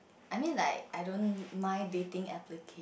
I mean like I don't mind dating applic~